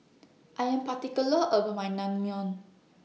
I Am particular about My Naengmyeon